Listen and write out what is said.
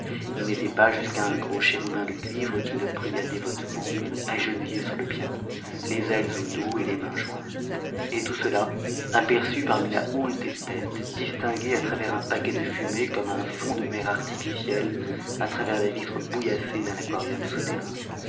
il n'était pas jusqu'à un gros chérubin de cuivre qui ne priât dévotement agenouillé sur le piano les ailes au dos et les mains jointes et tout cela aperçu parmi la houle des têtes distingué à travers un paquet de fumée comme un fond de mer artificiel à travers la vitre brouillassée d'un aquarium souterrain